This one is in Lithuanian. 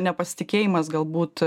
nepasitikėjimas galbūt